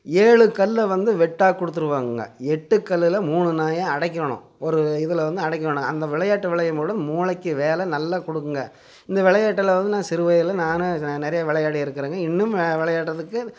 ஏழு கல் வந்து வெட்டாக கொடுத்துருவாங்கங்க எட்டு கல்லில் மூணு நாய் அடைக்கணும் ஒரு இதில் வந்து அடைக்கணும் அந்த விளையாட்டு விளையாடும்போது மூளைக்கு வேலை நல்லா கொடுக்குங்க இந்த விளையாட்டுல வந்து சிறு வயதில் நானும் நிறைய விளையாடிருக்குறேங்க இன்னும் நான் விளையாட்றதுக்கு